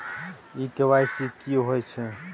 इ के.वाई.सी की होय छै?